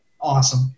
awesome